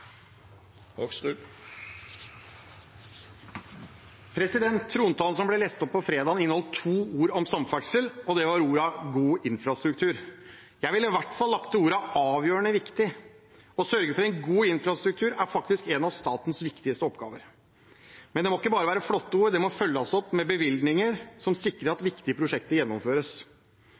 det var ordene «god infrastruktur». Jeg ville iallfall lagt til ordene «avgjørende viktig». Å sørge for god infrastruktur er faktisk en av statens viktigste oppgaver. Men det må ikke bare være flotte ord. Det må følges opp med bevilgninger som sikrer at viktige prosjekter gjennomføres.